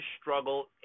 struggle